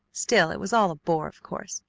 still it was all a bore, of course.